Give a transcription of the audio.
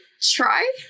try